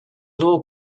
law